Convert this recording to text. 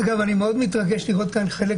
אגב, אני מאוד מתרגש לראות כאן חלק